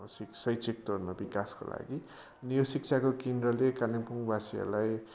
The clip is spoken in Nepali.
शैक्षिक तौरमा विकासको लागि अनि यो शिक्षाको केन्द्रले कालिम्पोङवासीहरूलाई